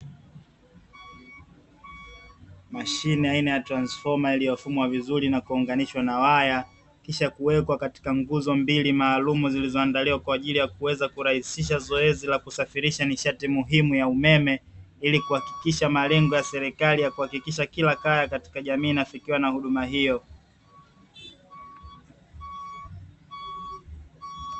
Mashine aina ya transifoma iliyofumwa vizuri na kuonganishwa na waya kishakuwekwa katika nguzo mbili maalumu zilizoandaliwa kwaajili ya kuweza kurahisisha zoezi la kusafirisha nishati muhimu ya umeme, ili kuhakikisha malengo ya serikali ya kuhakikisha kila kaya katika jamii inafikiwa na huduma hiyo.